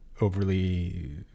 overly